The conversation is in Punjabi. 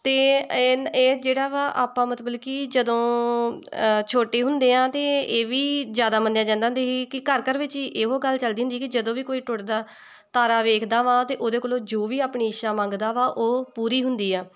ਅਤੇ ਏਨ ਇਹ ਜਿਹੜਾ ਵਾ ਆਪਾਂ ਮਤਲਬ ਕਿ ਜਦੋਂ ਛੋਟੀ ਹੁੰਦੇ ਹਾਂ ਤਾਂ ਇਹ ਵੀ ਜ਼ਿਆਦਾ ਮੰਨਿਆ ਜਾਂਦਾ ਅਤੇ ਕਿ ਘਰ ਘਰ ਵਿੱਚ ਹੀ ਇਹੋ ਗੱਲ ਚਲਦੀ ਹੁੰਦੀ ਕਿ ਜਦੋਂ ਵੀ ਕੋਈ ਟੁੱਟਦਾ ਤਾਰਾ ਵੇਖਦਾ ਵਾ ਅਤੇ ਉਹਦੇ ਕੋਲੋਂ ਜੋ ਵੀ ਆਪਣੀ ਇੱਛਾ ਮੰਗਦਾ ਵਾ ਉਹ ਪੂਰੀ ਹੁੰਦੀ ਆ